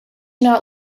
not